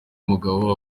umugabo